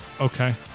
Okay